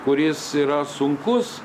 kuris yra sunkus